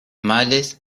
males